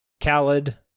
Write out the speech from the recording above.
Khaled